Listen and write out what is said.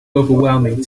overwhelming